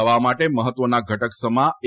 દવા માટે મહત્વના ઘટક સમા એ